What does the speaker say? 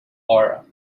aura